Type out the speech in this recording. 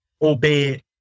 albeit